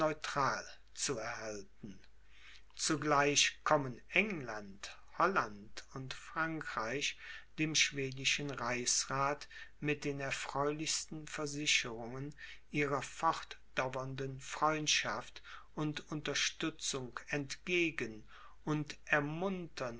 zu erhalten zugleich kommen england holland und frankreich dem schwedischen reichsrath mit den erfreulichsten versicherungen ihrer fortdauernden freundschaft und unterstützung entgegen und ermuntern